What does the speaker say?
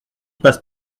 passe